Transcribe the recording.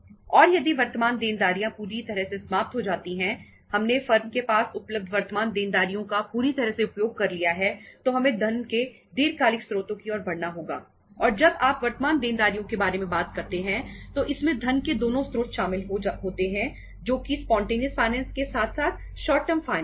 और यदि वर्तमान देनदारियां पूरी तरह से समाप्त हो जाती हैं हमने फर्म के पास उपलब्ध वर्तमान देनदारियों का पूरी तरह से उपयोग कर लिया है तो हमें धन के दीर्घकालिक स्रोतों की ओर बढ़ना होगा और जब आप वर्तमान देनदारियों के बारे में बात करते हैं तो इसमें धन के दोनों स्रोत शामिल होते हैं जो कि स्पॉन्टेनियस फाइनेंस है